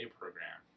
program